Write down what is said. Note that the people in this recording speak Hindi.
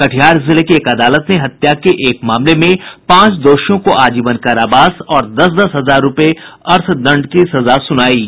कटिहार जिले की एक अदालत ने हत्या के एक मामले में पांच दोषियों को आजीवन करावास और दस दस हजार रूपये अर्थदंड की सजा सुनाई है